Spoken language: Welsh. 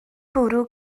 bwrw